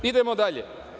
Idemo dalje.